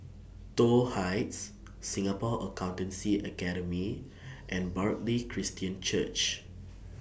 Toh Heights Singapore Accountancy Academy and Bartley Christian Church